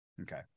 Okay